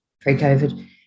pre-COVID